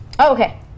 Okay